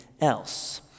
else